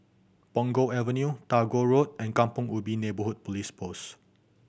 Punggol Avenue Tagore Road and Kampong Ubi Neighbourhood Police Post